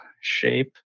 shape